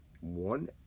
one